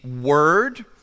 word